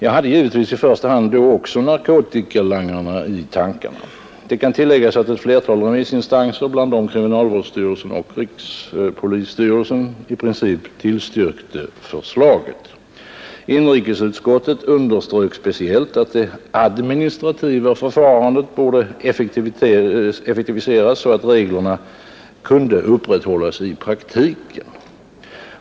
Jag hade givetvis i första hand då också narkotikalangarna i tankarna. Det kan tilläggas att ett flertal remissinstanser, bland dem kriminalvårdsstyrelsen och rikspolisstyrelsen, i princip tillstyrkte förslaget. Inrikesutskottet underströk speciellt att det administrativa förfarandet borde effektiviseras så att reglerna kunde upprätthållas i praktiken.